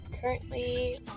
currently